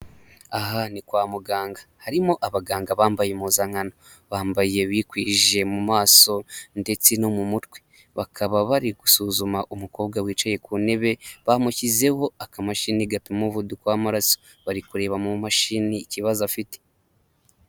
Aha ni kwa muganga harimo abaganga bambaye impuzankano bambaye bikwije mu maso ndetse no mu mutwe, bakaba bari gusuzuma umukobwa wicaye ku ntebe bamushyizeho akamashini gapima umuvuduko w'amaraso bari kureba mu mashini ikibazo afite.